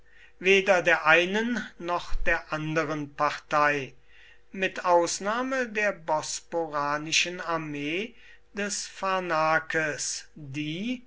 weder der einen noch der anderen partei mit ausnahme der bosporanischen armee des pharnakes die